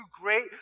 great